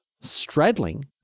straddling